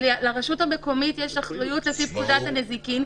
לרשות המקומית יש אחריות לפי פקודת הנזיקין,